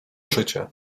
szycie